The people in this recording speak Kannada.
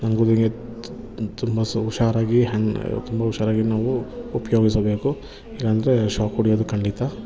ತುಂಬ ಸ ಹುಷಾರಾಗಿ ಹ್ಯಾನ್ ತುಂಬ ಹುಷಾರಾಗಿ ನಾವು ಉಪಯೋಗಿಸಬೇಕು ಇಲ್ಲಾಂದರೆ ಶಾಕ್ ಹೊಡಿಯೋದು ಖಂಡಿತ